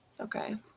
okay